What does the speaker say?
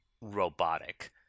robotic